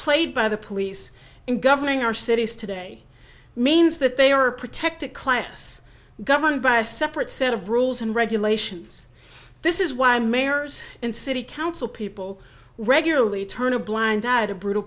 played by the police and governing our cities today means that they are a protected class governed by a separate set of rules and regulations this is why mayors and city council people regularly turn a blind eye to brutal